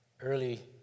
early